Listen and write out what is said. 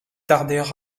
tarder